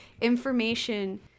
information